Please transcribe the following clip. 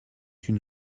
une